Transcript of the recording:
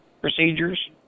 procedures